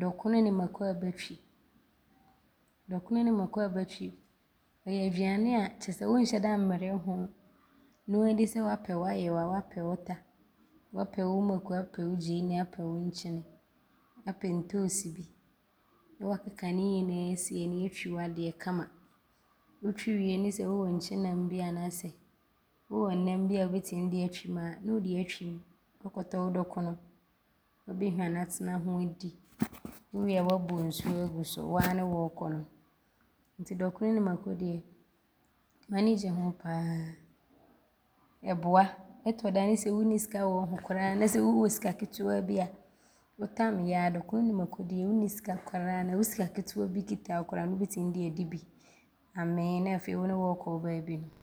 dɔkono ne mako a bɛatwi. Dɔkono ne mako a bɛatwi yɛ aduane a kyerɛ sɛ wonhyɛ da mmrɛ hoo. Noaadi sɛ woapɛ w’ayowaa, woapɛ wo ta, woapɛ wo mako apɛ wo gyeenee apɛ wo nkyene apɛ ntoosi bi ne woakeka ne nyinaa asi anii atwi w’adeɛ kama. Wotwi wie ne sɛ wowɔ nkyenam bi anaasɛ wowɔ nnam bi a wobɛtim de atwi mu a, ne wode atwim. Woakɔtɔ wo dɔkono abɛhwane atena ho aadi. Wowie a w’abɔ nsuo agu so. Wo ara ne wɔɔkɔ no nti dɔkono ne mako deɛ, m’ani gye hoo pa ara. Ɔboa, ɔtɔ da a ne sɛ wonni sika wɔ wo ho a anaasɛ wowɔ sika ketewaa bi a wotameeɛ ara dɔkono ne mako deɛ wonni sika koraa no a, wo sika ketewa bi kita wo koraa no, wobɛtim de adi bi amee ne afei ne wo ne wɔɔkɔ no wo baabi no.